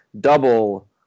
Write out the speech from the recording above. double